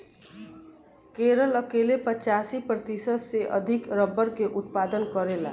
केरल अकेले पचासी प्रतिशत से अधिक रबड़ के उत्पादन करेला